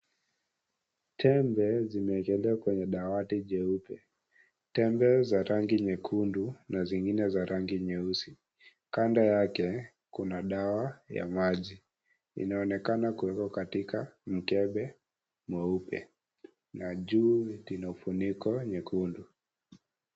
Tembe zimeekelewa kwenye dawati jeupe. Tembe za rangi nyekundu na zingine za rangi nyeusi. Kando yake kuna dawa ya maji inaonekana kuwekwa katika mkembe mweupe na juu lina ufuniko nyekundu.